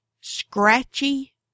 Scratchy